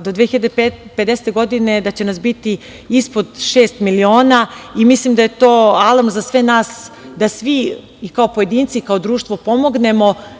do 2050. godine biti ispod šest miliona. Mislim da je to alarm za sve nas da svi, i kao pojedinci i kao društvo, pomognemo